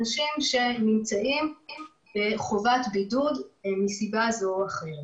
אנשים שנמצאים בחובת בידוד מסיבה זו או אחרת.